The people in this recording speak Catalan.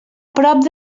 prop